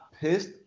pissed